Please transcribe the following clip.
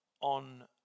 on